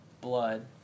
blood